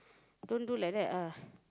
don't do like that ah